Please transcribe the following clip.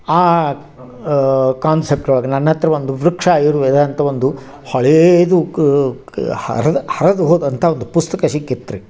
ಆ ಕಾನ್ಸೆಪ್ಟ್ ಒಳಗೆ ನನ್ನ ಹತ್ರ ಒಂದು ವೃಕ್ಷ ಆಯುರ್ವೇದ ಅಂತ ಒಂದು ಹಳೇದು ಕ್ ಕ್ ಹರದ ಹರ್ದು ಹೋದಂಥ ಒಂದು ಪುಸ್ತಕ ಸಿಕ್ಕಿತ್ರಿ